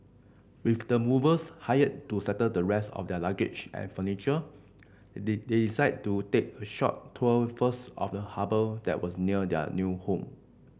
with the movers hired to settle the rest of their luggage and furniture the they decided to take a short tour first of the harbour that was near their new home